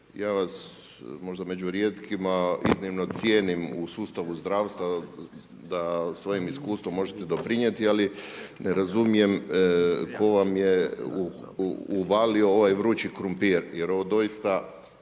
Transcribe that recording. ja vas možda među rijetkima iznimno cijenim u sustavu zdravstva da svojim iskustvom možete doprinijeti, ali ne razumijem tko vam je uvalio ovaj vrući krumpir, jer ovo doista